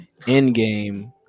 endgame